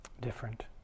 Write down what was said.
different